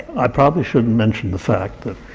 i probably shouldn't mention the fact that